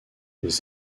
les